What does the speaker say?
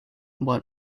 what